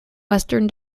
western